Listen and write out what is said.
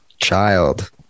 child